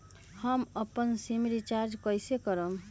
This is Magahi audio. हम अपन सिम रिचार्ज कइसे करम?